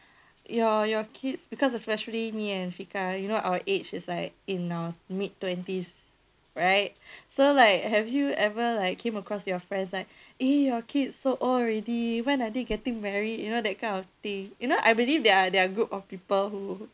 your your kids because especially me and fika you know our age is like in our mid twenties right so like have you ever like came across your friends like eh your kid so old already when are they getting married you know that kind of thing you know I believe there are there are group of people who